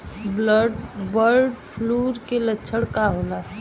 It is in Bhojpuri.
बर्ड फ्लू के लक्षण का होला?